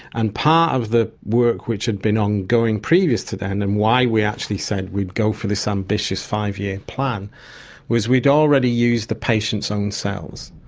and part of the work which had been ongoing previous to that and and why we actually said we'd go for this ambitious five-year plan was we'd already used the patients' own cells.